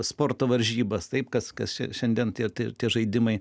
sporto varžybas taip kas kas šiandien tai tie žaidimai